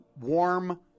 warm